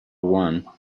one